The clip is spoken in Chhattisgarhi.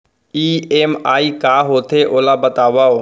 ई.एम.आई का होथे, ओला बतावव